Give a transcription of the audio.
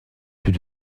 plus